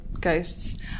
ghosts